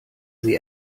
sie